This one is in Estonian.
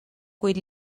kuid